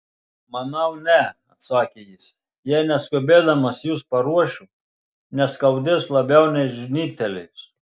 manau ne atsakė jis jei neskubėdamas jus paruošiu neskaudės labiau nei žnybtelėjus